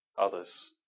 Others